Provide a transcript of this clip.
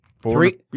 Three